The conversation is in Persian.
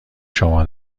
شما